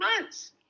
months